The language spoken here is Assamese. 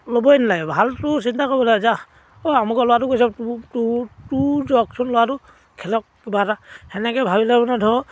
ল'বই নেলাগে ভালটো চিন্তা কৰিব লাগে যা অঁ আমুকৰ ল'ৰাটো গৈছে তোৰ তোৰ তোৰ যাওকচোন ল'ৰাটো খেলক কিবা এটা সেনেকৈ ভাবিলে মানে ধৰ